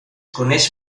coneix